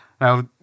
Now